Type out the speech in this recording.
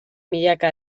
milaka